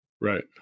right